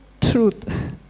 truth